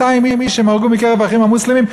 בשבוע האחרון 200 איש נהרגו מקרב "האחים המוסלמים",